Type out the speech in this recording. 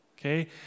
okay